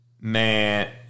Man